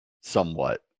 somewhat